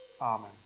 Amen